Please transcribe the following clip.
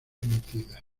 emitida